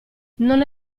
non